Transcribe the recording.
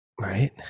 Right